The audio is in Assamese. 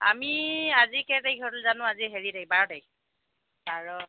আমি আজি কেই তাৰিখ জানো আজি হেৰি তাৰিখ বাৰ তাৰিখ বাৰ